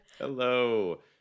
hello